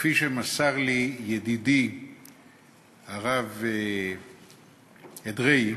כפי שמסר לי ידידי הרב אדרעי,